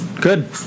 Good